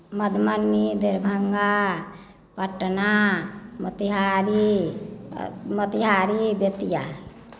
Madhubani Darbhanga Patna Motihari Motihari Bettiah